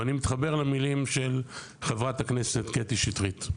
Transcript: ואני מתחבר למילים של חברת הכנסת קטי שטרית.